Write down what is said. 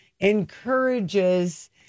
encourages